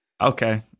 okay